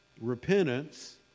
repentance